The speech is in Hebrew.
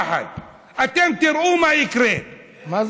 אתם תראו מה יקרה, מה זה?